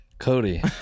Cody